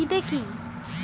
বিদে কি?